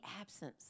absence